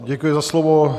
Děkuji za slovo.